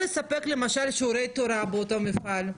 לספק למשל שיעורי תורה באותו מפעל,